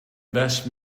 best